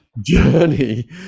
journey